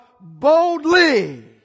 boldly